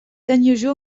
unusual